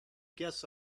guess